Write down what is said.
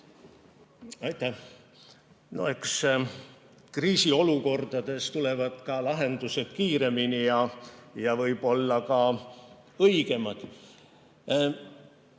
Aitäh! Eks kriisiolukordades tulevad lahendused kiiremini ja võib-olla ka õigemad.